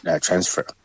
transfer